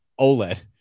OLED